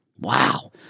Wow